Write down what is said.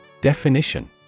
Definition